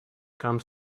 comes